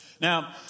Now